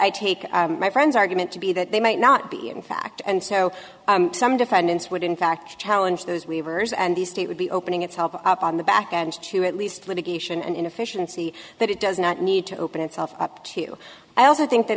i take my friends argument to be that they might not be in fact and so some defendants would in fact challenge those waivers and the state would be opening itself up on the back and to at least litigation and inefficiency that it does not need to open itself up to i also think that